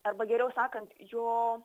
arba geriau sakant jo